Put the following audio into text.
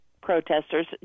protesters